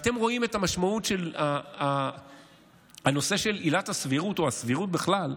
אתם רואים את המשמעות של הנושא של עילת הסבירות או הסבירות בכלל.